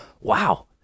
wow